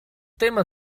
tema